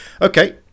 Okay